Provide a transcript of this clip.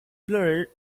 blurred